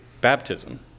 baptism